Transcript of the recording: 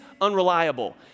unreliable